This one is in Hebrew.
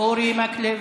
אורי מקלב,